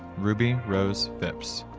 ruby ruby phipps,